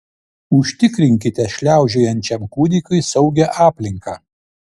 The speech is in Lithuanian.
užtikrinkite šliaužiojančiam kūdikiui saugią aplinką